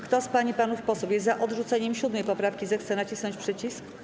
Kto z pań i panów posłów jest za odrzuceniem 7. poprawki, zechce nacisnąć przycisk.